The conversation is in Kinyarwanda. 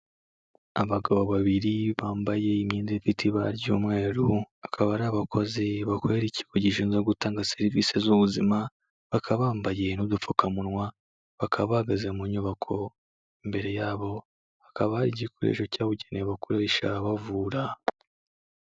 Abagabo babiri bambaye imyenda ifite ibara ry'umweru, akaba ari abakozi bakorera ikigo gishinzwe gutanga serivisi z'ubuzima, bakaba bambaye n'udupfukamunwa bakaba bahagaze mu nyubako, imbere yabo hakaba hari igikoresho cyabugenewe bakoresha bavura.